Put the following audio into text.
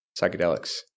psychedelics